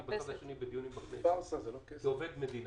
מהצד השני בדיונים בכנסת כעובד מדינה.